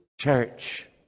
church